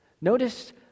notice